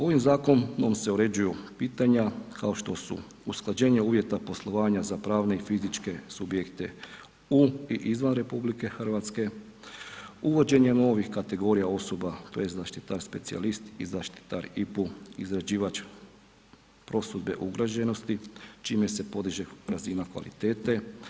Ovim zakonom se uređuju pitanja kao što su usklađenje uvjeta poslovanja za pravne i fizičke subjekte u i izvan RH, uvođenjem ovih kategorija osoba tj. zaštitar specijalist i zaštitar IPU, izrađivač prosudbe ugrađenosti, čime se podiže razina kvalitete.